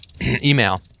email